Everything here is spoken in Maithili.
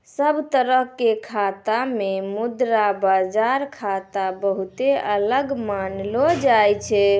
सब तरह के खाता से मुद्रा बाजार खाता बहुते अलग मानलो जाय छै